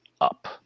up